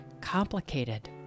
complicated